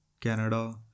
Canada